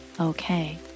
okay